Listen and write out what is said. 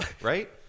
right